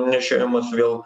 nešiojimas vėl